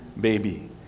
baby